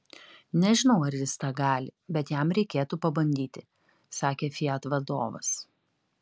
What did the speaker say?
nežinau ar jis tą gali bet jam reikėtų pabandyti sakė fiat vadovas